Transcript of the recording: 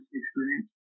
experience